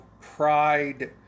pride